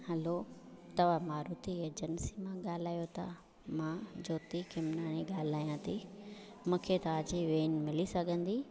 हलो तव्हां मारुती एजन्सी मां ॻाल्हायो था मां ज्योती खेमनाणी ॻाल्हायां थी मूंखे तव्हांजी वेन मिली सघंदी